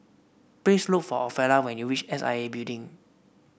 please look for Ophelia when you reach S I A Building